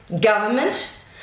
government